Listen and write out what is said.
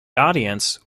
audience